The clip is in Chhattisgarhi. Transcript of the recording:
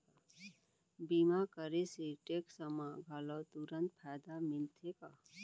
बीमा करे से टेक्स मा घलव तुरंत फायदा मिलथे का?